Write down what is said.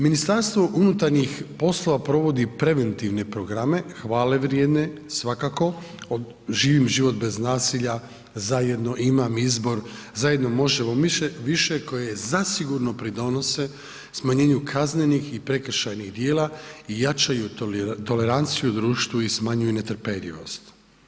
Ministarstvo unutarnjih poslova provodi preventivne programe, hvale vrijedne svakako, od Živim život bez nasilja, Zajedno, Imam izbor, Zajedno možemo više, koje zasigurno pridonose smanjenju kaznenih i prekršajnih dijela i jačaju toleranciju u društvu i smanjuju netrpeljivost.